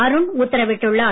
அருண் உத்தரவிட்டுள்ளார்